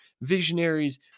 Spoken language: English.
visionaries